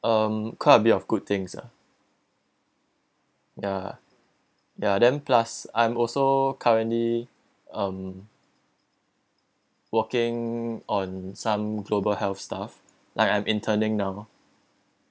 um quite a bit of good things ah ya ya then plus I'm also currently um working on some global health stuff like I'm interning now